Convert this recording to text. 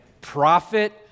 profit